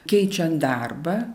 keičiant darbą